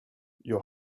your